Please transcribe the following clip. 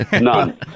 None